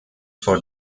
for